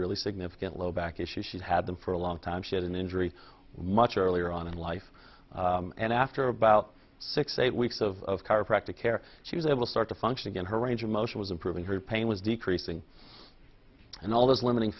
really significant low back issues she'd had them for a long time she had an injury much earlier on in life and after about six eight weeks of chiropractor care she was able to start to function again her range of motion was improving her pain was decreasing and all those limiting